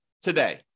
today